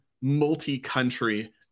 multi-country